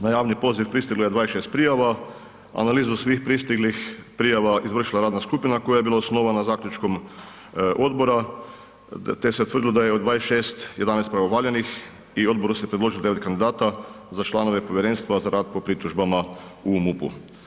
Na javni poziv pristiglo je 26 prijava, analizu svih pristiglih prijava izvršila je radna skupina koja je bila osnovana zaključkom odbora te se utvrdilo da je od 26, 11 pravovaljanih i odboru se predložilo 9 kandidata za članove Povjerenstva za rad po pritužbama u MUP-u.